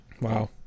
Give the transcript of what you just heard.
wow